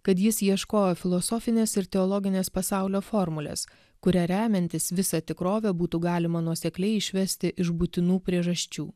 kad jis ieškojo filosofinės ir teologinės pasaulio formulės kuria remiantis visa tikrovę būtų galima nuosekliai išvesti iš būtinų priežasčių